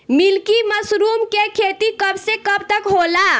Milky mushroom के खेती कब से कब तक होला?